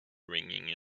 ringing